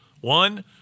One